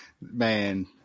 Man